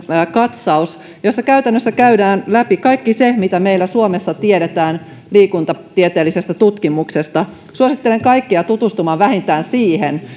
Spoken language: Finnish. katsaus jossa käytännössä käydään läpi kaikki se mitä meillä suomessa tiedetään liikuntatieteellisestä tutkimuksesta suosittelen kaikkia tutustumaan vähintään siihen